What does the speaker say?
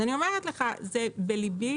אני אומרת לך, זה בליבי